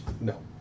No